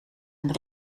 een